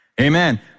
Amen